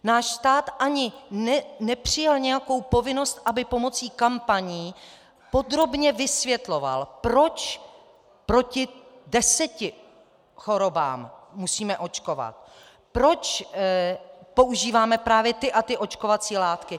Náš stát ani nepřijal nějakou povinnost, aby pomocí kampaní podrobně vysvětloval, proč proti deseti chorobám musíme očkovat, proč používáme právě ty a ty očkovací látky.